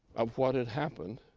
of what had happened